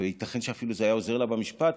וייתכן שאפילו זה היה עוזר לה במשפט,